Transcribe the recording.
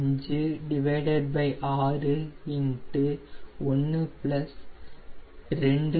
56 1 2 0